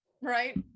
Right